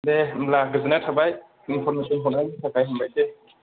दे होनब्ला गोजोन्नाय थाबाय इनफरमेसन हरनायनि थाखाय हामबायसै